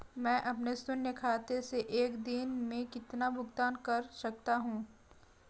मैं अपने शून्य खाते से एक दिन में कितना भुगतान कर सकता हूँ?